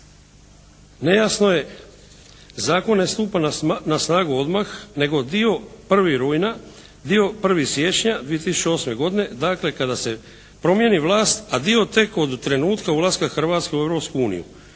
nejasno je, zakon ne stupa na snagu odmah, nego dio 1. rujna, dio 1. siječnja 2008. godine, dakle kada se promijeni vlast, a dio tek od trenutka ulaska Hrvatske u